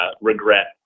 regret